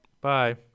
bye